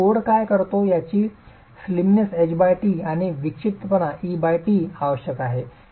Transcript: तर कोड काय करतो यासाठी स्लिमनेस ht आणि विक्षिप्तपणा e t आवश्यक आहे